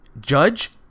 judge